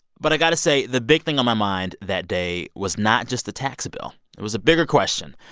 but i've got to say the big thing on my mind that day was not just the tax bill. it was a bigger question.